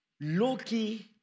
low-key